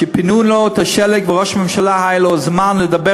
שפינו לו את השלג וראש הממשלה היה לו זמן לדבר